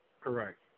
Correct